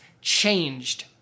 changed